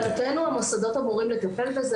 להבנתנו, המוסדות אמורים לטפל בזה.